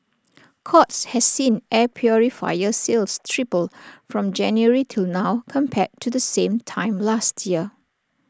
courts has seen air purifier sales triple from January till now compared to the same time last year